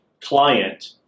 client